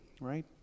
right